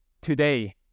Today